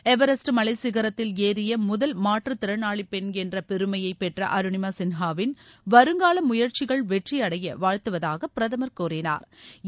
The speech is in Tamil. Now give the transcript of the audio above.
எவரெஸ்ட் மலைச்சிகரத்தில் ஏறிய முதல் மாற்றுத்திறனாளி பெண் என்ற பெருமையைப் பெற்ற அருனிமா சின்ஹாவின் வருங்கால முயற்சிகள் வெற்றி அடைய வாழ்த்துவதாக பிரதமா் கூறினாா்